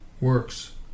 WORKS